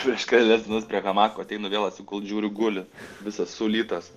prieš kelias dienas prie hamako ateinu vėl atsigult žiūriu guli visas sulytas